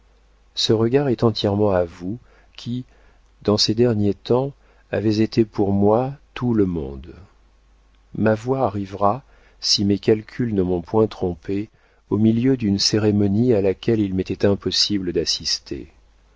ce regard est entièrement à vous qui dans ces derniers temps avez été pour moi tout le monde ma voix arrivera si mes calculs ne m'ont point trompée au milieu d'une cérémonie à laquelle il m'était impossible d'assister